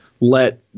let